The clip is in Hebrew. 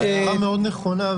הערה מאוד נכונה.